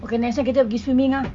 okay next time kita pergi swimming ah